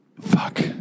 Fuck